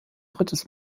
drittes